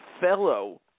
fellow